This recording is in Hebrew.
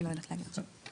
אני לא יודעת להגיד עכשיו.